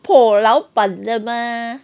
por 老板吗